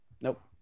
nope